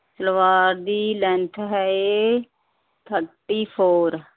ਸਲਵਾਰ ਦੀ ਲੈਂਥ ਹੈ thirty four